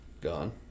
gone